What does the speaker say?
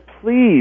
please